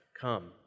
come